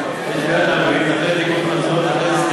אם התקציב כל כך טוב,